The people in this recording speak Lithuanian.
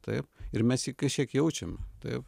taip ir mes jį kažkiek jaučiam taip